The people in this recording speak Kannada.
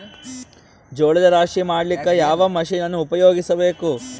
ಜೋಳದ ರಾಶಿ ಮಾಡ್ಲಿಕ್ಕ ಯಾವ ಮಷೀನನ್ನು ಉಪಯೋಗಿಸಬೇಕು?